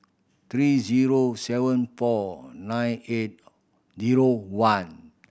three zero seven four nine eight zero one